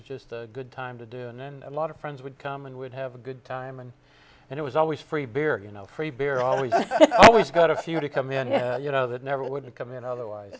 was just a good time to do and then a lot of friends would come and would have a good time and and it was always free beer you know free beer always always got a few to come in yeah you know that never wouldn't come in otherwise